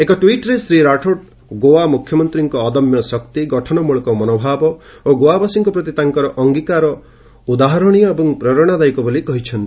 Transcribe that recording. ଏକ ଟ୍ୱିଟ୍ରେ ଶ୍ରୀ ରାଠୋଡ୍ ଗୋଆ ମୁଖ୍ୟମନ୍ତ୍ରୀଙ୍କ ଅଦମ୍ୟ ଶକ୍ତି ଗଠନମୂଳକ ମନୋଭାବ ଓ ଗୋଆବାସୀଙ୍କ ପ୍ରତି ତାଙ୍କର ଅଙ୍ଗୀକାର ଉଦାହରଣୀୟ ଏବଂ ପ୍ରେରଣାଦାୟକ ବୋଲି କହିଛନ୍ତି